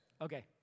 Okay